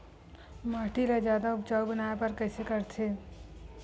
माटी ला जादा उपजाऊ बनाय बर कइसे करथे?